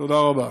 תודה רבה.